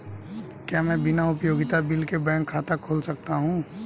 क्या मैं बिना उपयोगिता बिल के बैंक खाता खोल सकता हूँ?